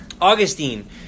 Augustine